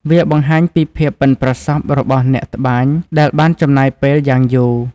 វាបង្ហាញពីភាពប៉ិនប្រសប់របស់អ្នកត្បាញដែលបានចំណាយពេលយ៉ាងយូរ។